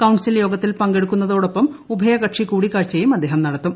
council യോഗത്തിൽ പങ്കെടു ക്കുന്നതോടൊപ്പം ഉഭയകക്ഷി കൂടിക്കാഴ്ചയും അദ്ദേഹം നടത്തും